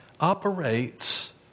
operates